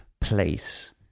place